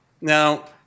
Now